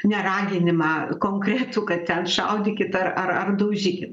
ne raginimą konkretų kad ten šaudykit ar ar ar daužykit